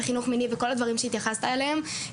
בחינוך המיני וכל הדברים שהתייחסת אליהם.